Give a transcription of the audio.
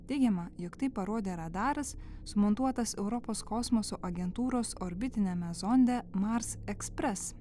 teigiama jog tai parodė radaras sumontuotas europos kosmoso agentūros orbitiniame zonde mars express